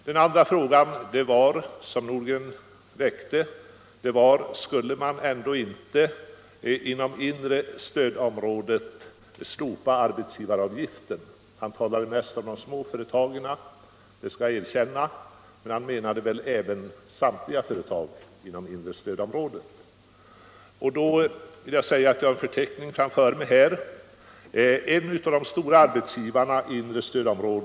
Den andra saken som herr Nordgren tog upp var om man inte inom det inre stödområdet borde slopa arbetsgivaravgiften. Herr Nordgren talade visserligen mest om småföretagen, det skall jag erkänna, men han menade väl samtliga företag inom det inre stödområdet. Jag har framför mig här en förteckning som visar vinsterna i några stora företag i det inre stödområdet.